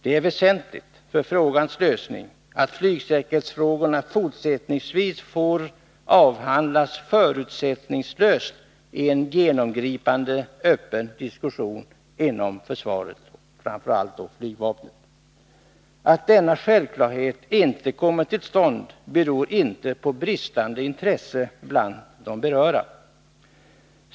Det är väsentligt för problemets lösning att flygsäkerhetsfrågorna fortsättningsvis får avhandlas förutsättningslöst i en genomgripande, öppen diskussion inom försvaret, framför allt då flygvapnet. Att en sådan diskussion, som borde vara en självklarhet, inte kommer till stånd beror inte på bristande intresse bland de berörda.